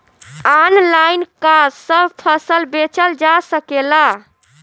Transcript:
Online का सब फसल बेचल जा सकेला?